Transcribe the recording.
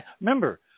Remember